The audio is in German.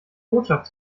botschaft